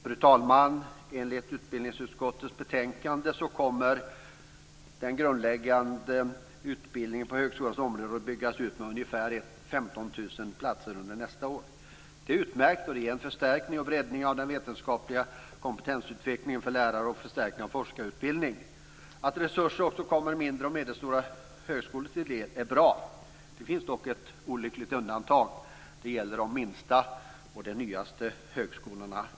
Fru talman! Enligt utbildningsutskottets betänkande kommer den grundläggande utbildningen på högskolans område att byggas ut med ungefär 15 000 platser under nästa år. Det är utmärkt, och det ger en förstärkning och breddning av den vetenskapliga kompetensutvecklingen för lärare och förstärkning av forskarutbildning. Att resurser också kan komma mindre och medelstora högskolor till del är bra. Det finns dock ett olyckligt undantag, och det gäller de minsta och de nyaste högskolorna.